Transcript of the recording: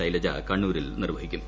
ശൈലജ കണ്ണൂരിൽ നിർവഹിക്കും